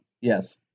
Yes